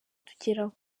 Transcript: tugeraho